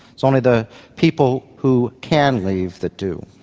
it's only the people who can leave that do.